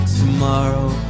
tomorrow